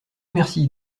merci